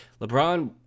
LeBron